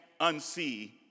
unsee